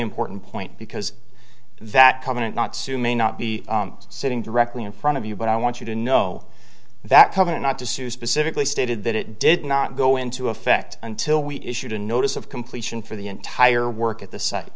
important point because that covenant not sue may not be sitting directly in front of you but i want you to know that covenant not to sue specifically stated that it did not go into effect until we issued a notice of completion for the entire work at the site